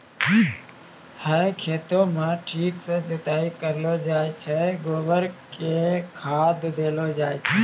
है खेतों म ठीक सॅ जुताई करलो जाय छै, गोबर कॅ खाद देलो जाय छै